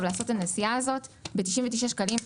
לעשות את הנסיעה הזאת ב-99 שקלים לחודש.